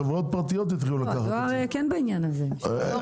חברות פרטיות התחילו לעסוק בזה.